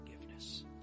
forgiveness